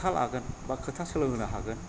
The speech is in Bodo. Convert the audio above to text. खोथा लागोन बा खोथा सोलोंहोनो हागोन